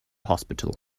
hospital